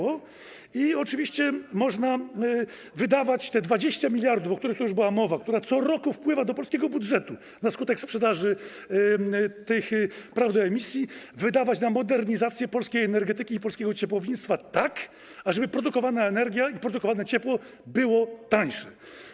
Oczywiście można wydawać tę kwotę 20 mld, o której tu już była mowa, która co roku wpływa do polskiego budżetu na skutek sprzedaży tych praw do emisji, na modernizację polskiej energetyki i polskiego ciepłownictwa tak, ażeby produkowana energia i produkowane ciepło były tańsze.